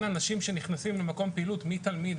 אנשים שנכנסים למקום פעילות מי תלמיד,